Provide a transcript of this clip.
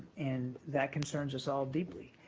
and that concerns us all deeply.